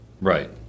Right